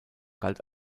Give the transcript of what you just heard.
galt